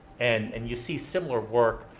and and you see similar work,